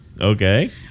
Okay